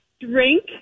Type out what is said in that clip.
drink